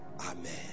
amen